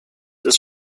ist